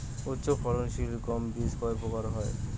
উচ্চ ফলন সিল গম বীজ কয় প্রকার হয়?